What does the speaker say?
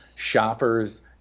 shoppers